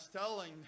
telling